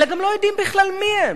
אלא גם לא יודעים בכלל מי הם?